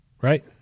Right